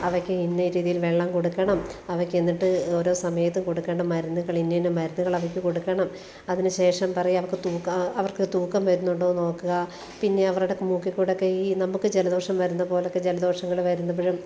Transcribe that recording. അവയ്ക്ക് ഇന്ന രീതിയില് വെള്ളം കൊടുക്കണം അവയ്ക്ക് എന്നിട്ട് ഓരോ സമയത്ത് കൊടുക്കേണ്ട മരുന്നുകള് ഇന്ന ഇന്ന മരുന്നുകള് അവയ്ക്ക് കൊടുക്കണം അതിനുശേഷം പറയുക അവയ്ക്ക് തൂക്ക അവര്ക്ക് തൂക്കം വരുന്നുണ്ടോ എന്ന് നോക്കുക പിന്നെ അവരുടെ മൂക്കിൽ കൂടെയൊക്കെ ഈ നമുക്ക് ജലദോഷം വരുന്നത് പോലെയൊക്കെ ജലദോഷങ്ങൾ വരുമ്പോഴും